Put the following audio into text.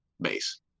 base